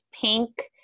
pink